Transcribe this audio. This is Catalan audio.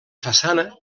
façana